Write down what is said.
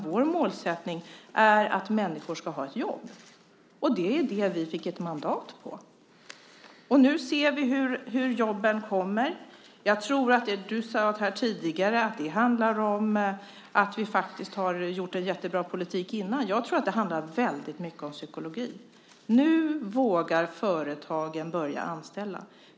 Vår målsättning är att människor ska ha ett jobb, och det var det vi fick vårt mandat på. Nu ser vi att jobben kommer. Du sade tidigare att det handlar om att ni faktiskt har haft en jättebra politik innan. Jag tror i stället att det handlar väldigt mycket om psykologi. Nu vågar företagen börja anställa.